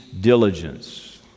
diligence